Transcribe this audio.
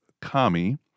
kami